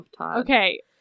okay